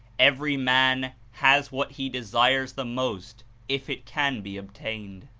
every man has what he desires the most if it can be obtained.